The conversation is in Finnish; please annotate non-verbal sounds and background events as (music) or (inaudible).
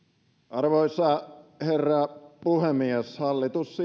arvoisa herra puhemies hallitus (unintelligible)